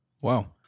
wow